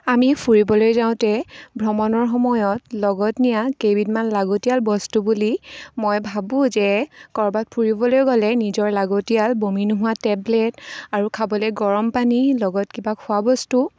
আমি ফুৰিবলৈ যাওঁতে ভ্ৰমণৰ সময়ত লগত নিয়া কেইবিধমান লাগতিয়াল বস্তু বুলি মই ভাবোঁ যে ক'ৰবাত ফুৰিবলৈ গ'লে নিজৰ লাগতিয়াল বমি নোহোৱা টেবলেট আৰু খাবলৈ গৰম পানী লগত কিবা খোৱা বস্তু